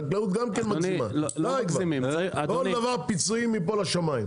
החקלאות גם כן מגזימה, כל דבר פיצויים מפה לשמים.